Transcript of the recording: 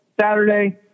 Saturday